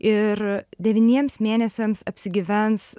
ir devyniems mėnesiams apsigyvens